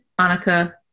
Annika